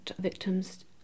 victims